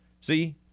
See